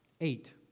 Eight